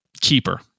Keeper